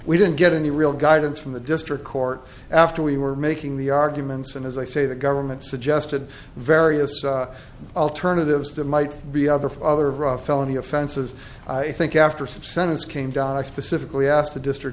we didn't get any real guidance from the district court after we were making the arguments and as i say the government suggested various alternatives that might be other for other of felony offenses i think after some sentence came down i specifically asked the district